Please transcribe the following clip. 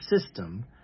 system